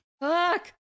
Fuck